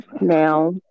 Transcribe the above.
now